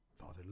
Father